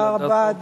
תודה רבה.